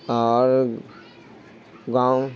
اور گاؤں